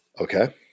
Okay